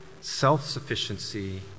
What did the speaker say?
self-sufficiency